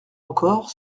encore